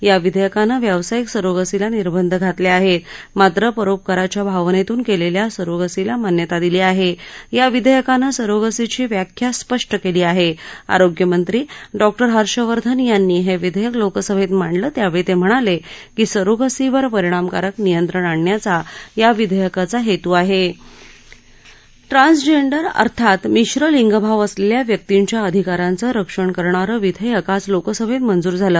या विधयक्रिानं व्यावसायिक सरोगसीला निर्बंध घातलञाहप्त मात्र परोपकाराच्या भावनसून कलिखा सरोगसीला मान्यता दिली आहा गा विधाक्तानं सरोगसीची व्याख्या स्पष्ट क्वी आह आरोग्यमंत्री डॉक्टर हर्षवर्धन यांनी हविधाक्त लोकसभक्त मांडल त्यावछी तम्हिणाल की सरोगसीवर परिणामकारक नियंत्रण आणण्याचा या विधस्काचा हत्तू आह ट्रान्सजेंडर अर्थात मिश्र लिंगभाव असलखिा व्यक्तींच्या अधिकारांचं रक्षण करणारं विध्यक्क आज लोकसभ मंजूर झालं